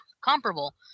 comparable –